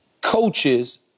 coaches